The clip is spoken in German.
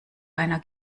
einer